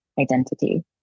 identity